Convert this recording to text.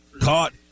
caught